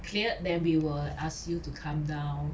cleared then we will ask you to come down